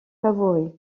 favori